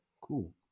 cool